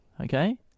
Okay